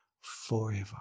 forever